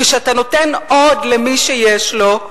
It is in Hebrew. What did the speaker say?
כשאתה נותן עוד למי שיש לו,